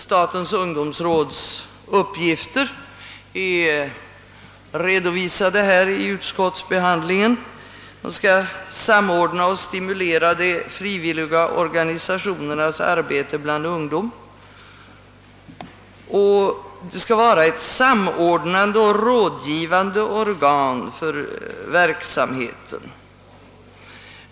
Statens ungdomsråds uppgifter finns redovisade i wutskottsutlåtandet: Rådet skall »samordna och stimulera de frivilliga organisationernas arbete bland ungdom». Rådet skall sedan vara »ett samordnande och rådgivande organ för verksamheten».